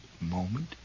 moment